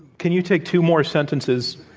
can you take two more sentences